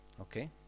Okay